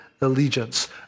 allegiance